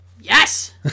Yes